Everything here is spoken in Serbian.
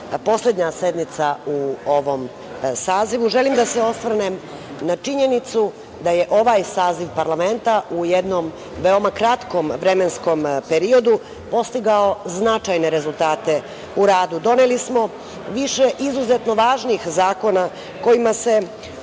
poslednja sednica u ovom sazivu, želim da se osvrnem na činjenicu da je ovaj saziv parlamenta u jednom veoma kratkom vremenskom periodu postigao značajne rezultate u radu. Doneli smo više izuzetno važnih zakona kojima se